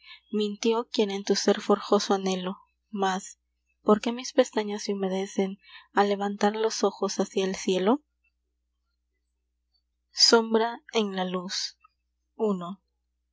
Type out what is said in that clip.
mintió quien en tu sér forjó su anhelo mas por qué mis pestañas se humedecen al levantar los ojos hácia el cielo sombra en la luz i a